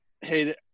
hey